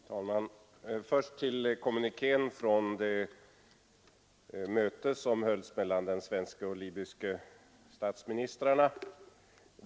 Herr talman! Först några ord om kommunikén vid det möte som hölls mellan Sveriges och Libyens statsministrar.